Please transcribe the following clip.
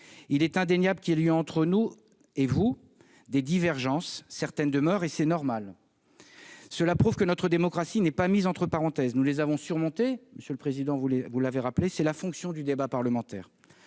Il est indéniable qu'il y a eu entre nous et vous des divergences. Certaines demeurent, et c'est normal. Cela prouve que notre démocratie n'est pas mise entre parenthèses. Nous les avons surmontées, c'est la fonction du débat parlementaire.